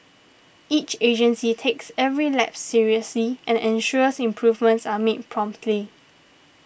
each agency takes every lapse seriously and ensures improvements are made promptly